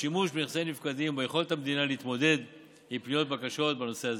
לשימוש בנכסי נפקדים וביכולת המדינה להתמודד עם פניות ובקשות בנושא זה.